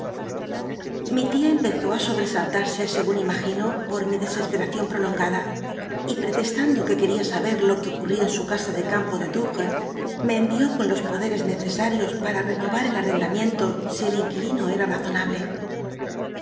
li tia empezó á sobresallal'sc segun imagino por mi dcscspcracion prolongada y pretestando que quería sabe lo que oeuttia en su casa de ca mpo de douvtcs me envió con los podercs neccsal'ios para renovar el arrendam iento si el inquilino cm razonable